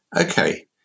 Okay